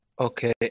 okay